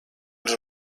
als